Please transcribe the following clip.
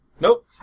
Nope